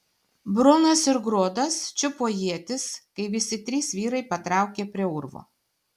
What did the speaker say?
brunas ir grodas čiupo ietis kai visi trys vyrai patraukė prie urvo